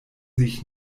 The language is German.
sich